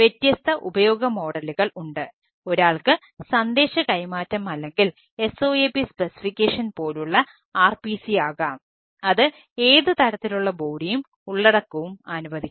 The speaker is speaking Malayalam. വ്യത്യസ്ത ഉപയോഗ മോഡലുകൾ ഉള്ളടക്കവും അനുവദിക്കും